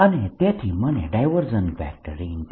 અને તેથી મને B04π Jr